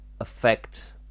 affect